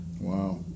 Wow